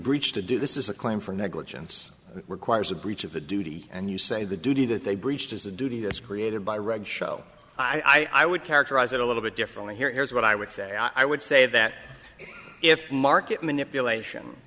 breached to do this is a claim for negligence requires a breach of a duty and you say the duty that they breached is a duty that's created by regs show i would characterize it a little bit differently here is what i would say i would say that if market manipulation